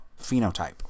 phenotype